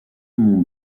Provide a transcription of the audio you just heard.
mont